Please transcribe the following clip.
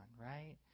right